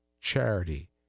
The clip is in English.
charity